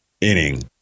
inning